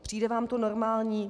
Přijde vám to normální?